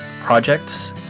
projects